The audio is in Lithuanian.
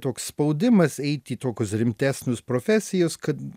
toks spaudimas eiti į tokius rimtesnius profesijas kad